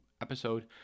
episode